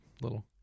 little